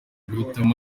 guhitamo